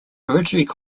originally